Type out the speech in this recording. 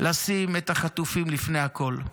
לשים את החטופים לפני הכול.